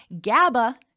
GABA